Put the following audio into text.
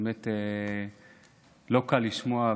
ובאמת לא קל לשמוע.